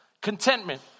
contentment